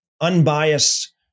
unbiased